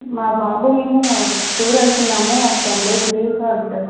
మా బాబు మేము ఊరు వెళ్తున్నాము ఒక టెన్ డేస్ లీవ్ కావాల సార్